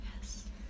Yes